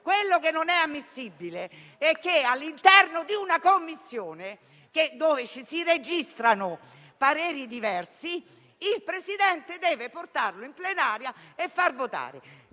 Quello che non è ammissibile è che all'interno di una Commissione dove si registrano pareri diversi il Presidente non porti il disegno